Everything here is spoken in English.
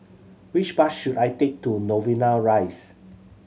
which bus should I take to Novena Rise